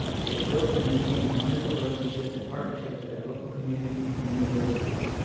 we have built and maintained wonderful relationships and partnerships with our local community and universities,